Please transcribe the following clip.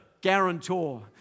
guarantor